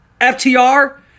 FTR